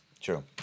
True